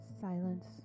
Silence